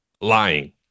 lying